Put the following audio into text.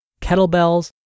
kettlebells